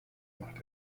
macht